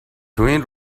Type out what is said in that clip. تواین